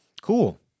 Cool